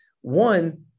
one